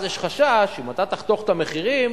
יש חשש שאם אתה תחתוך את המחירים,